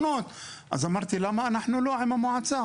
אז אמרתי, למה אנחנו לא עם המועצה?